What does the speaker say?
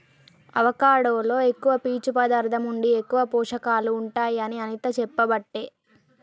avocado లో ఎక్కువ పీచు పదార్ధం ఉండి ఎక్కువ పోషకాలు ఉంటాయి అని అనిత చెప్పబట్టే